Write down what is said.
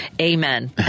Amen